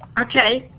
okay.